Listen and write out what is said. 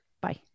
Bye